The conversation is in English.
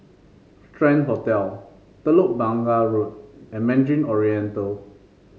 Strand Hotel Telok Blangah Road and Mandarin Oriental